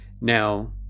Now